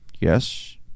Yes